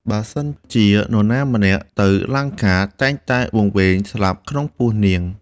បើសិនជានរណាម្នាក់ទៅលង្កា តែងតែវង្វេងស្លាប់ក្នុងពោះនាង។